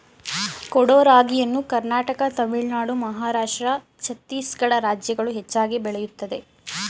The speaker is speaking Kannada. ಕೊಡೋ ರಾಗಿಯನ್ನು ಕರ್ನಾಟಕ ತಮಿಳುನಾಡು ಮಹಾರಾಷ್ಟ್ರ ಛತ್ತೀಸ್ಗಡ ರಾಜ್ಯಗಳು ಹೆಚ್ಚಾಗಿ ಬೆಳೆಯುತ್ತದೆ